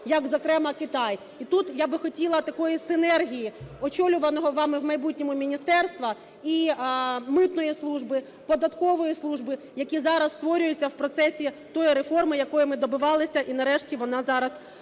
як, зокрема, Китай. І тут я би хотіла такої синергії очолюваного вами в майбутньому міністерства і митної служби, податкової служби, які зараз створюються в процесі тої реформи, якою ми добивалися, і нарешті вона зараз робиться.